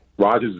Rogers